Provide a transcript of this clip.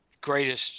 greatest